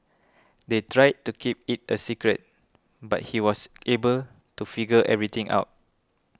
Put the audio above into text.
they tried to keep it a secret but he was able to figure everything out